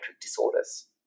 disorders